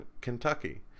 Kentucky